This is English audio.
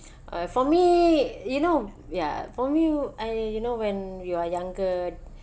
uh for me you know ya for you I you know when you're younger